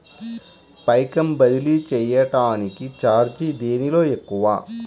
పైకం బదిలీ చెయ్యటానికి చార్జీ దేనిలో తక్కువ?